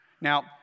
Now